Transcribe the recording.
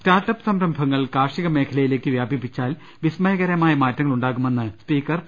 startup സംരംഭങ്ങൾ കാർഷിക മേഖലയിലേക്ക് വ്യാപിപ്പിച്ചാൽ വിസ്മയകരമായ മാറ്റങ്ങൾ ഉണ്ടാകുമെന്ന് സ്പീക്കർ പി